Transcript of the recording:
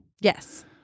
Yes